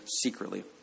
secretly